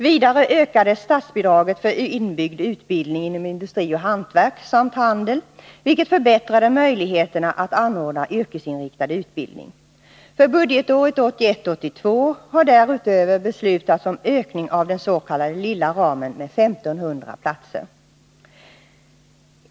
Vidare ökades statsbidraget för inbyggd utbildning inom industri och hantverk samt handel, vilket förbättrade möjligheterna att anordna yrkesinriktad utbildning. För budgetåret 1981/82 har därutöver beslutats om ökning av den s.k. lilla ramen med 1 500 platser.